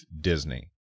Disney